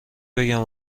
بگم